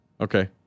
Okay